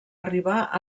arribar